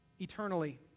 eternally